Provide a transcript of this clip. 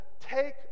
take